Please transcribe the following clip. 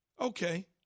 okay